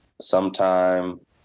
sometime